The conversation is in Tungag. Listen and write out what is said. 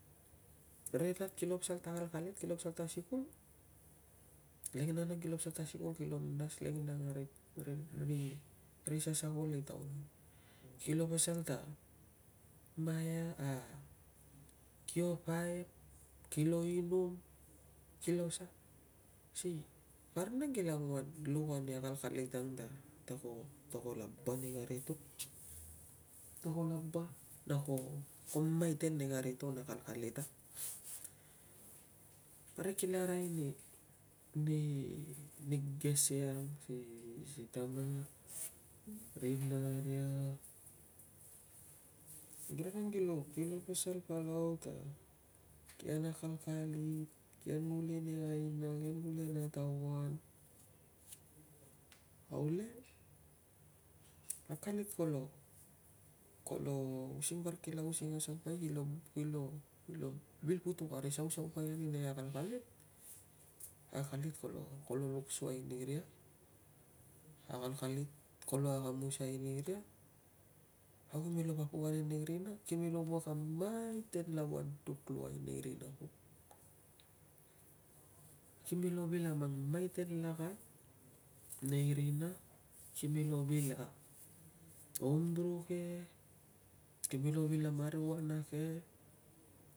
Ri nat kilo pasal ta akalit kilo pasal ta sikul lenginang ri sasakul i taun ke. Kilo pasal ta maiak a kio paip, kilo inum kilo sa. Parik nang kilo anguan luk ani akalkalit ta ko laba nei kam to- ta ko laba na ko maiten nei kari to na akalkalit ang. Parik kila arai ani gese ang si tamaria na rinaria, parik nang. Kilo pasal palau ta kian akalit gule na aina, kian gule na tauan au le akalit kolo, kolo using parik kila using a saupai, kilo, kilo vil putuk a ri sausaupai i nei akalkalit. Akalit kolo luk suai niria. Akalkalit kolo akamusai ni ria. Au kime lo papuk ane rina kime lo wuak a maiten lava duk luai nei rina. Kime lo vil a mang maiten lakat nei rina. Kime lo vil a hom bru ke. Kime lo vil a maruana ke